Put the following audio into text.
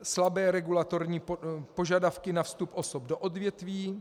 Slabé regulatorní požadavky na vstup osob do odvětví.